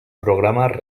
programar